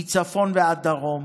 מצפון ועד דרום,